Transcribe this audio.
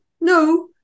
no